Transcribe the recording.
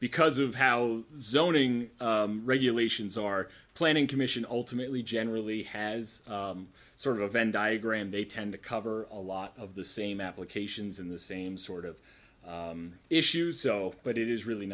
because of how zoning regulations are planning commission ultimately generally has a sort of event diagram they tend to cover a lot of the same applications in the same sort of issues so but it is really